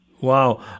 Wow